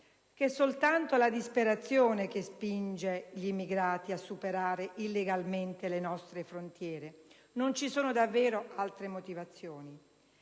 che soltanto la disperazione spinge gli immigrati a superare illegalmente le nostre frontiere, non ci sono davvero altre motivazioni.